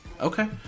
okay